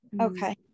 Okay